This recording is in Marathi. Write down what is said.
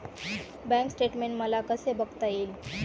बँक स्टेटमेन्ट मला कसे बघता येईल?